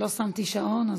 לא שמתי שעון,